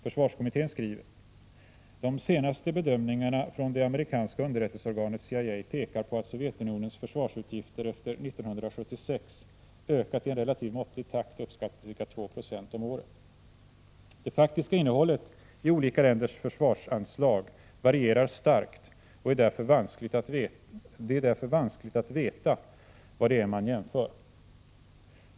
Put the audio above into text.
Försvarskommittén skriver: ”De senaste bedömningarna från det amerikanska underrättelseorganet CIA pekar på att Sovjetunionens försvarsutgifter efter 1976 ökat i en relativt måttlig takt, uppskattad till ca 2 90 om året.” Det faktiska innehållet i olika länders försvarsanslag varierar starkt, och det är därför vanskligt att veta vad det är man jämför.